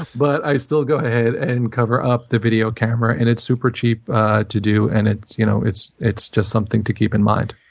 but i still go ahead and cover up the video camera. and it's super cheap to do, and it's you know it's just something to keep in mind.